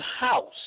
house